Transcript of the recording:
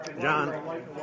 John